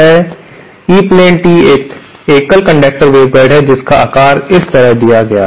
अब E plane tee एक एकल कंडक्टर वेवगाइड है जिसका आकार इस तरह दिया गया है